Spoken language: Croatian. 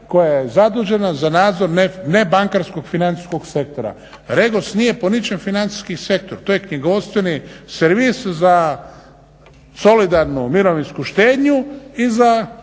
koja je zadužena za nadzor nebankarskog financijskog sektora. REGOS nije po ničem financijski sektor, to je knjigovodstveni servis za solidarnu mirovinsku štednju i za